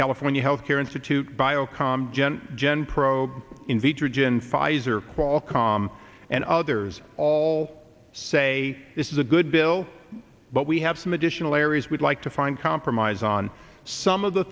california health care institute bio jen jen pro in vitro gin pfizer qualcomm and others all say this is a good bill but we have some additional areas we'd like to find compromise on some of the